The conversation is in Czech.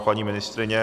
Paní ministryně?